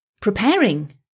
preparing